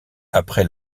après